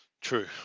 True